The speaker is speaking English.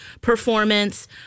performance